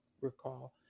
recall